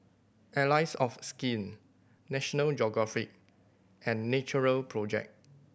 Allies of Skin National Geographic and Natural Project